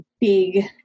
big